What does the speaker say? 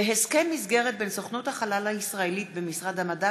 הסכם מסגרת בין סוכנות החלל הישראלית במשרד המדע